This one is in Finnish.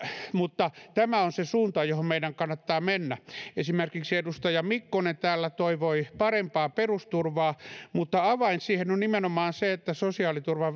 mutta tämä on se suunta johon meidän kannattaa mennä esimerkiksi edustaja mikkonen täällä toivoi parempaa perusturvaa mutta avain siihen on nimenomaan se että sosiaaliturva